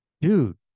dude